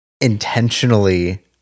intentionally